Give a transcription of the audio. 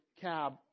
cab